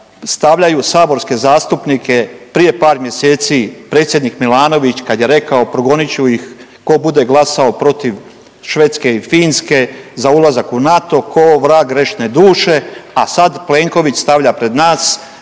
stavljaju saborske zastupnike prije par mjeseci predsjednik Milanović kad je rekao progonit ću ih tko bude glasao protiv Švedske i Finske za ulazak u NATO k'o vrag grešne duše, a sad Plenković stavlja pred nas